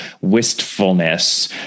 wistfulness